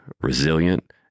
resilient